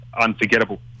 unforgettable